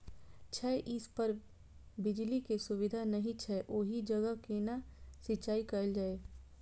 छै इस पर बिजली के सुविधा नहिं छै ओहि जगह केना सिंचाई कायल जाय?